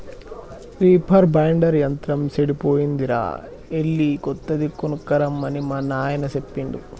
reaper binder యంత్రం సెడిపోయిందిరా ఎళ్ళి కొత్తది కొనక్కరమ్మని మా నాయిన సెప్పిండు